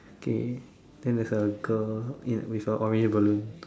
okay then there's a girls in with a orange balloon